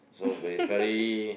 so it's it's very